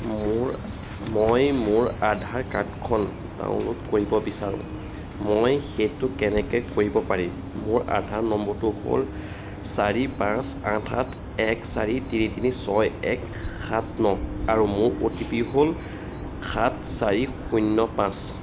মোৰ মই মোৰ আধাৰ কাৰ্ডখন ডাউনল'ড কৰিব বিচাৰোঁ মই সেইটো কেনেকৈ কৰিব পাৰিম মোৰ আধাৰ নম্বৰটো হ'ল চাৰি পাঁচ আঠ আঠ এক চাৰি তিনি তিনি ছয় এক সাত ন আৰু মোৰ অ' টি পি হ'ল সাত চাৰি শূন্য পাঁচ